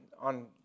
on